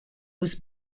was